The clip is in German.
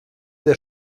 der